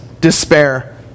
despair